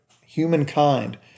humankind